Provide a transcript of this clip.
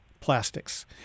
plastics